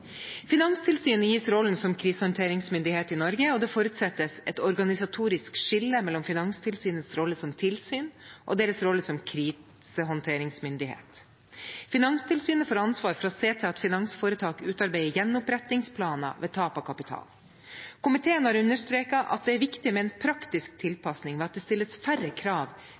Finanstilsynet gis rollen som krisehåndteringsmyndighet i Norge, og det forutsettes et organisatorisk skille mellom Finanstilsynets rolle som tilsyn og deres rolle som krisehåndteringsmyndighet. Finanstilsynet får ansvar for å se til at finansforetak utarbeider gjenopprettingsplaner ved tap av kapital. Komiteen har understreket at det er viktig med en praktisk tilpasning ved at det stilles færre krav